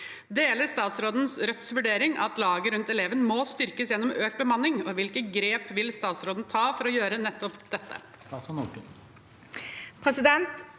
Deler statsråden Rødts vurdering av at laget rundt eleven må styrkes gjennom økt bemanning, og hvilke grep vil statsråden ta for å gjøre nettopp dette?